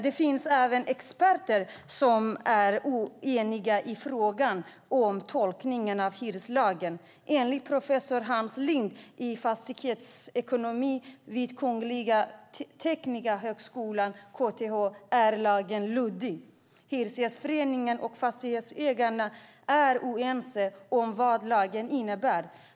Det finns även experter som är oeniga i fråga om tolkningen av hyreslagen. Enligt Hans Lind, professor i fastighetsekonomi vid Kungliga Tekniska högskolan, KTH, är lagen luddig. Hyresgästföreningen och Fastighetsägarna är oense om vad lagen innebär.